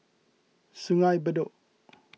Sungei Bedok